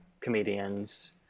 comedians